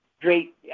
great